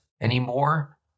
anymore